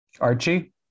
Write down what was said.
Archie